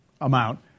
amount